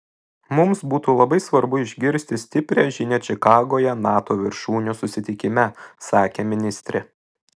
mums būtų labai svarbu išgirsti stiprią žinią čikagoje nato viršūnių susitikime sakė ministrė